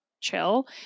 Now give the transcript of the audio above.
chill